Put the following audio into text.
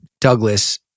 Douglas